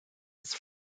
his